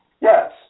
Yes